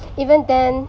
even then